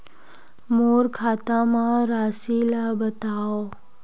मोर खाता म राशि ल बताओ?